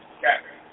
Captain